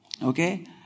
Okay